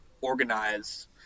organize